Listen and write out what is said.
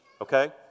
Okay